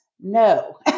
No